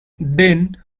then